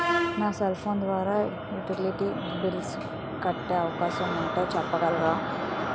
నా cell phone ద్వారా utility bills కట్టే అవకాశం ఉంటే చెప్పగలరా?